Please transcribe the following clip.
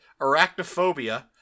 Arachnophobia